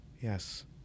Yes